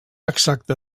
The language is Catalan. exacte